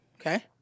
Okay